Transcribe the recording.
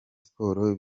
sports